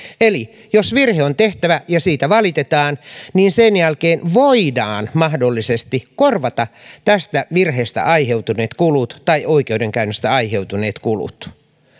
eli jos virhe on tehty ja siitä valitetaan niin sen jälkeen voidaan mahdollisesti korvata tästä virheestä aiheutuneet kulut tai oikeudenkäynnistä aiheutuneet kulut